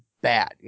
bad